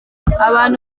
abantu